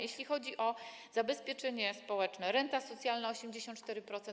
Jeśli chodzi o zabezpieczenie społeczne, renta socjalna - 84%.